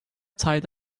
tied